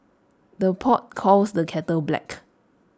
the pot calls the kettle black